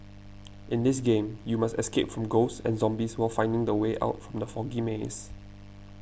in this game you must escape from ghosts and zombies while finding the way out from the foggy maze